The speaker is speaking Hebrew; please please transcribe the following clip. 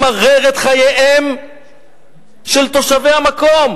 ולמרר את חייהם של תושבי המקום.